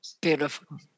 Beautiful